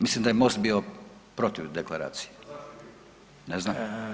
Mislim da je Most bio protiv deklaracije. … [[Upadica se ne razumije.]] ne znam.